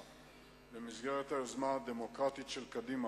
במסגרת היוזמה הדמוקרטית של קדימה,